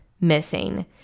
missing